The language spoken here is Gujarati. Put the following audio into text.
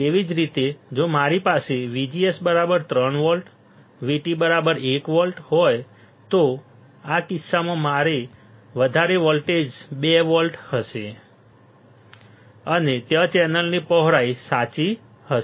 એવી જ રીતે જો મારી પાસે VGS 3 વોલ્ટ VT 1 વોલ્ટ હોય તો આ કિસ્સામાં મારા વધારે વોલ્ટેજ 2 વોલ્ટ હશે અને ત્યાં ચેનલની પહોળાઈ સાચી હશે